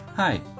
Hi